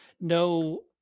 no